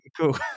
Cool